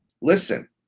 listen